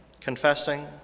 confessing